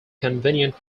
convenient